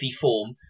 form